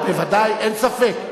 בוודאי, אין ספק.